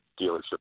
dealership